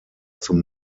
zum